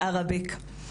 אני למדתי ערבית בבית ספר.